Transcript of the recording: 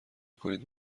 میکنید